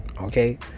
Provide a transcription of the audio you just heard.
Okay